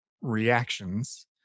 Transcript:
reactions